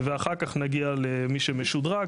ואחר כך נגיע למי שמשודרג.